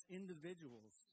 individuals